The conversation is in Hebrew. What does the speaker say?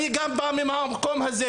אני גם בא מהמקום הזה,